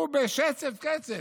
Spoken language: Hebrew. והוא בשצף-קצף,